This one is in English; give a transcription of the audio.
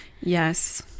Yes